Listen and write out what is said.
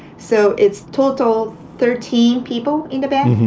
so it's total thirteen people in the band.